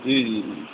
جی جی جی